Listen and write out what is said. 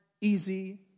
easy